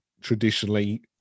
Traditionally